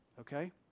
okay